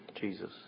Jesus